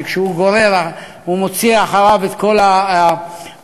שכשהוא גורר הוא מוציא את כל התחתית,